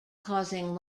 causing